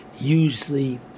usually